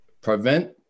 prevent